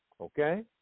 okay